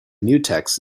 mutex